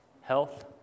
Health